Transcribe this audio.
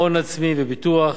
הון עצמי וביטוח,